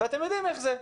אתם יודעים איך זה.